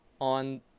on